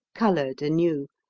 coloured anew,